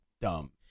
dumb